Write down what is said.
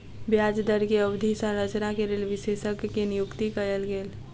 ब्याज दर के अवधि संरचना के लेल विशेषज्ञ के नियुक्ति कयल गेल